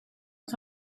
att